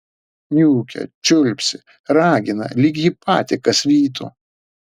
niūkia čiulpsi ragina lyg jį patį kas vytų